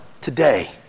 today